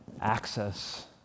access